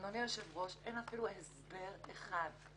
אדוני היושב-ראש, ואין אפילו הסבר אחד.